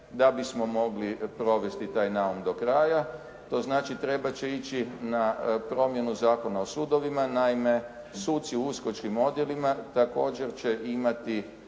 da bismo mogli provesti taj naum do kraja. To znači trebati će ići na promjenu Zakona o sudovima. Naime, suci u uskočkim odjelima također će imati